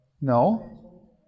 No